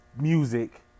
Music